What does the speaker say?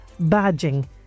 badging